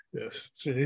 yes